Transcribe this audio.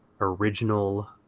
original